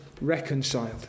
reconciled